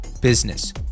Business